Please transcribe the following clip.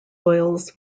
oils